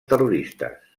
terroristes